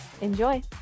Enjoy